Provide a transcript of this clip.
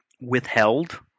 withheld